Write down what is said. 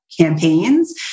campaigns